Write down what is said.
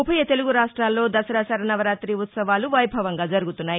ఉభయ తెలుగురాష్టాల్లో దసరా శరన్నవరాతి ఉత్సవాలు వైభవంగా జరగుతున్నాయి